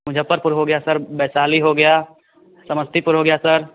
मुज़फ़्फ़रपुर हो गया सर वैशाली हो गया समस्तीपुर हो गया सर